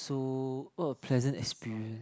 so what a pleasant experience